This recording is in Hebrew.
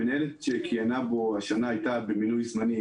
המנהלת שכיהנה בו השנה הייתה במינוי זמני.